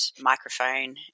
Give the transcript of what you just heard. microphone